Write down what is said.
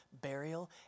burial